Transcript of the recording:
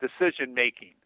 decision-making